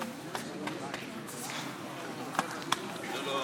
שלא יהיו